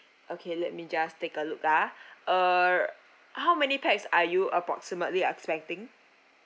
okay let me just take a look ah err how many pax are you approximately expecting